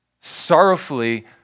sorrowfully